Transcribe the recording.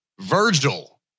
Virgil